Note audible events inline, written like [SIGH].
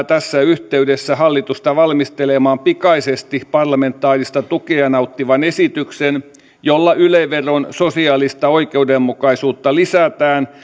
[UNINTELLIGIBLE] tässä yhteydessä hallitusta valmistelemaan pikaisesti parlamentaarista tukea nauttivan esityksen jolla yle veron sosiaalista oikeudenmukaisuutta lisätään [UNINTELLIGIBLE]